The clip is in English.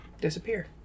disappear